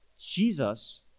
Jesus